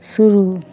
शुरू